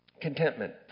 Contentment